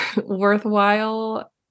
worthwhile